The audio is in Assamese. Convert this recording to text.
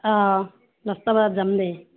অঁ দছটা বজাত যাম দে